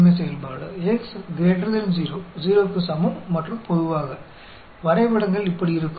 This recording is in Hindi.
तो ठीक उसी तरह यह भी यहाँ केवल एक टर्म ⎣ है और फिर x के लिए प्रोबेबिलिटी डेंसिटी फ़ंक्शन x है x 0 0 के बराबर और आम तौर पर ग्राफ इस तरह दिखता है